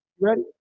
Ready